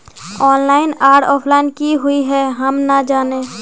Online आर offline की हुई है हम ना जाने?